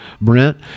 Brent